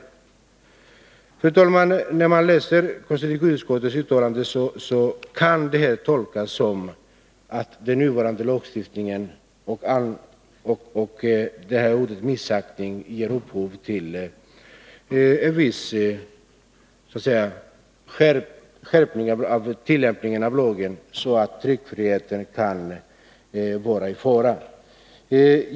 Fru talman! När man läser konstitutionsutskottets uttalande kan detta tolkas som att uttrycket missaktning i den nuvarande lagstiftningen innebär en viss skärpning av tillämpningen av lagen, så att tryckfriheten kan vara i fara.